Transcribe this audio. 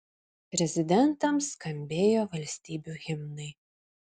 prezidentams skambėjo valstybių himnai